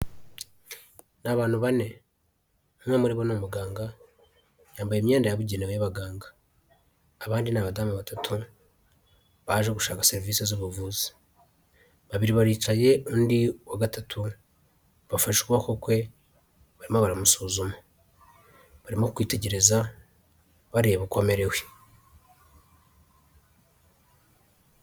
Ni abantu bane, umwe muri bo ni umuganga yambaye imyenda yabugenewe y'abaganga abandi ni abadamu batatu baje gushaka serivisi z'ubuvuzi, babiri baricaye undi wa gatatu bafashe ukuboko kwe barimo baramusuzuma barimo kwitegereza bareba uko amerewe.